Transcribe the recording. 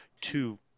two